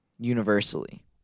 universally